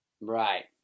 Right